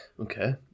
Okay